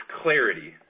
clarity